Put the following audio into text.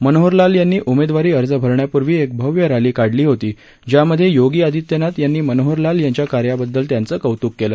मनोहर लाल यांनी उमेदवारी अर्ज भरण्यापूर्वी एक भव्य रॅली काढली होती ज्यामध्ये योगी आदित्यनाथ यांनी मनोहर लाल यांच्या कार्याबद्दल त्यांचे कौतुक केले